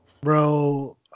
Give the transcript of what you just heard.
Bro